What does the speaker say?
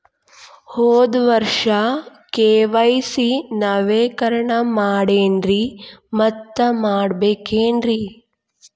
ಹೋದ ವರ್ಷ ಕೆ.ವೈ.ಸಿ ನವೇಕರಣ ಮಾಡೇನ್ರಿ ಮತ್ತ ಮಾಡ್ಬೇಕೇನ್ರಿ?